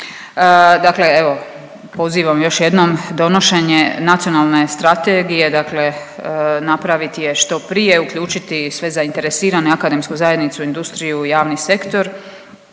Dakle evo pozivam još jednom donošenje Nacionalne strategije, dakle napraviti je što prije, uključiti sve zainteresirane, akademsku zajednicu, industriju i javni sektor,